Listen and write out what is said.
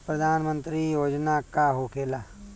प्रधानमंत्री योजना का होखेला?